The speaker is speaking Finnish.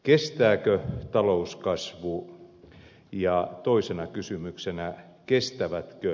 kestääkö talouskasvu ja kestävätkö ihmiset